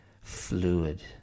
fluid